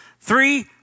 Three